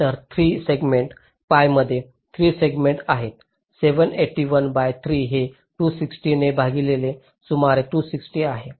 तर 3 segment pi मध्ये 3 resistances आहेत 781 by 3 हे 260 ने भागलेले सुमारे 260 आहे